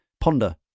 Ponder